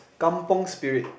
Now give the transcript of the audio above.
kampung spirit